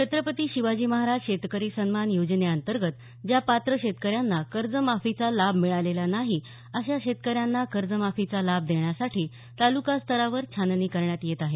छत्रपती शिवाजी महाराज शेतकरी सन्मान योजनेअंतर्गत ज्या पात्र शेतकऱ्यांना कर्जमाफीचा लाभ मिळालेला नाही अशा शेतकऱ्यांना कर्जमाफीचा लाभ देण्यासाठी तालुकास्तरावर छाननी करण्यात येत आहे